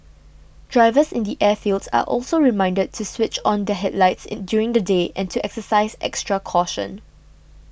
drivers in the airfields are also reminded to switch on their headlights and during the day and to exercise extra caution